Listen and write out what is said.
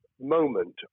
moment